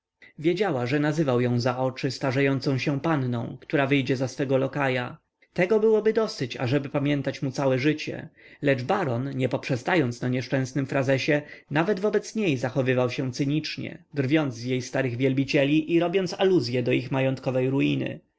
wiedziała że nazywał ją za oczy starzejącą się panną która wyjdzie za swego lokaja tego było dosyć ażeby pamiętać mu całe życie lecz baron nie poprzestając na nieszczęsnym frazesie nawet wobec niej zachowywał się cynicznie drwiąc z jej starych wielbicieli i robiąc aluzye do ich majątkowej ruiny